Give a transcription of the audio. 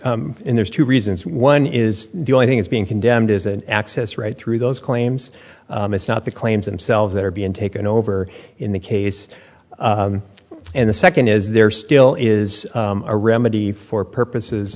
for there's two reasons one is the only thing is being condemned is an access right through those claims it's not the claims themselves that are being taken over in the case and the second is there still is a remedy for purposes